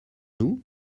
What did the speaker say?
nous